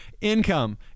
Income